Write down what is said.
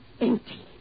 Empty